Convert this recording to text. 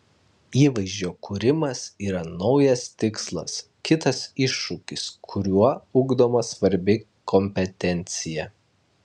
įvaizdžio kūrimas yra naujas tikslas kitas iššūkis kuriuo ugdoma svarbi kompetencija